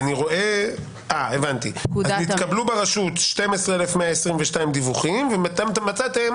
התקבלו ברשות 12,122 דיווחים ומצאתם